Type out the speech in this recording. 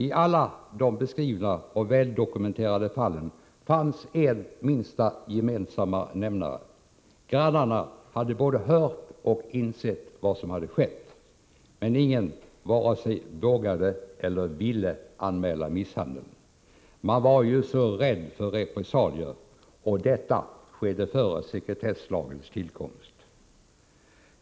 I alla de beskrivna och väldokumenterade fallen fanns en minsta gemensamma nämnare: grannarna hade både hört och insett vad som hade skett, men ingen vare sig vågade eller ville anmäla misshandeln därför att man var så rädd för repressalier — och detta skedde före sekretesslagens tillkomst.